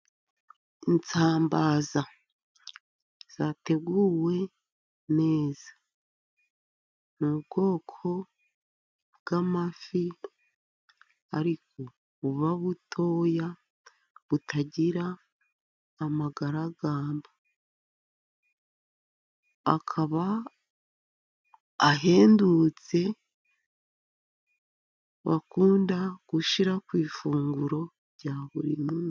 Isambaza zateguwe neza, ni ubwoko bw'amafi ariko buba butoya, butagira amagaragagamba. Akaba ahendutse, bakunda gushyira ku ifunguro rya buri munsi.